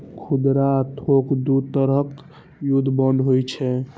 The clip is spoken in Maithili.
खुदरा आ थोक दू तरहक युद्ध बांड होइ छै